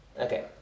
Okay